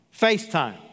FaceTime